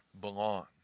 belong